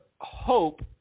hope